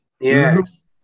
yes